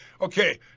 Okay